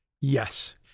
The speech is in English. Yes